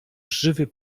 żywy